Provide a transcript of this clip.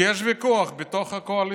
כי יש ויכוח בתוך הקואליציה.